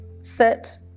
sit